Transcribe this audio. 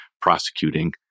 prosecuting